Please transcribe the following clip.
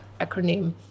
acronym